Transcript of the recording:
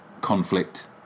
conflict